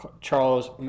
Charles